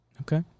Okay